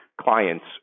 clients